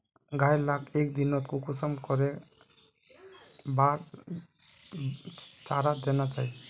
गाय लाक एक दिनोत कुंसम करे बार चारा देना चही?